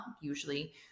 usually